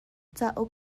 cauk